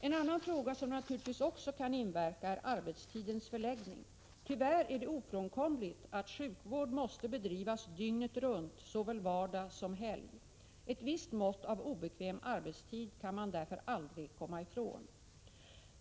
En annan fråga som naturligtvis också kan inverka är arbetstidens förläggning. Tyvärr är det ofrånkomligt att sjukvård måste bedrivas dygnet runt såväl vardag som helg. Ett visst mått av obekväm arbetstid kan man därför aldrig komma ifrån.